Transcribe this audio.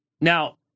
Now